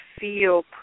feel